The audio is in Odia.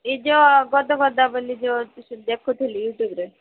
ଏ ଯେଉଁ ଗଦ ଗଦ ବୋଲି ଯେଉଁ ଦେଖୁଥିଲି ୟୁଟୁବରେ